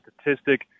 statistic